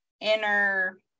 inner